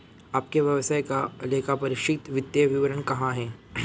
आपके व्यवसाय का लेखापरीक्षित वित्तीय विवरण कहाँ है?